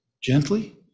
gently